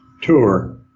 Tour